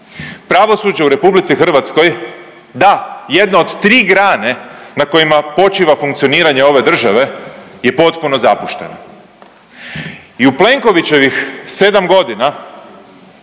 pravosuđe u RH, da jedno od tri grane na kojima počiva funkcioniranje ove države, je potpuno zapušteno i u Plenkovićevih 7.g. mi